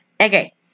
Okay